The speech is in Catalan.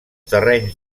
terrenys